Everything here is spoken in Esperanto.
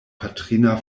patrina